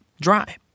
dry